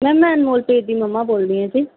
ma'am ਮੈਂ ਅਨਮੋਲਪ੍ਰੀਤ ਦੀ mumma ਬੋਲ ਰਹੀ ਹਾਂ ਜੀ